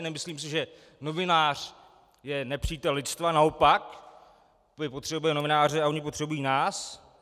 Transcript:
Nemyslím si, že novinář je nepřítel lidstva, naopak, my potřebujeme novináře a oni potřebují nás.